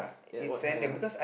ya what I'm